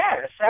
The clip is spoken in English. Yes